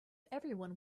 everyone